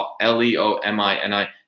L-E-O-M-I-N-I